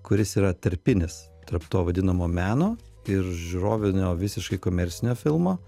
kuris yra tarpinis tarp to vadinamo meno ir žiūrovinio visiškai komercinio filmo